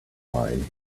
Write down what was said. mine